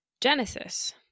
genesis